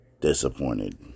disappointed